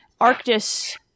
Arctis